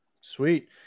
Sweet